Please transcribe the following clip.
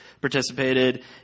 participated